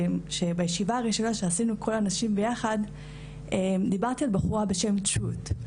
בישיבה הראשונה שעשינו כל הנשים ביחד דיברתי על בחורה בשם טרוט',